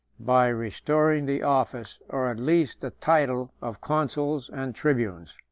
by restoring the office, or at least the title, of consuls and tribunes.